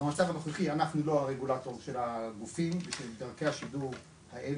במצב הנוכחי אנחנו לא הרגולטור של הגופים ושל דרכי השידור האלו.